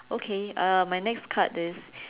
okay uh my next card is